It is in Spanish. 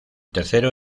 tercero